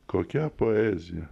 kokia poezija